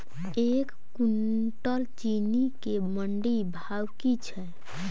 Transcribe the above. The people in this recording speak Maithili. एक कुनटल चीनी केँ मंडी भाउ की छै?